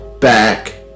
back